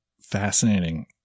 fascinating